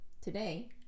today